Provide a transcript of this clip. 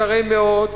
שרי מאות,